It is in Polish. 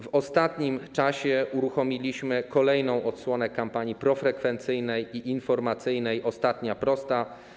W ostatnim czasie uruchomiliśmy kolejną odsłonę kampanii profrekwencyjnej i informacyjnej pn. „Ostatnia prosta”